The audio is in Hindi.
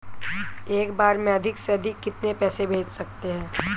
एक बार में अधिक से अधिक कितने पैसे भेज सकते हैं?